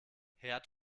herd